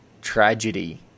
tragedy